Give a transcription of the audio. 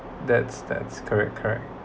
that's that's correct correct